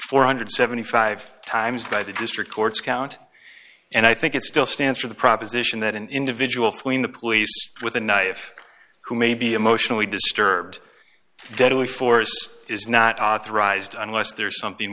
four hundred and seventy five times by the district court's count and i think it still stands for the proposition that an individual fleeing the police with a knife who may be emotionally disturbed deadly force is not authorized unless there's something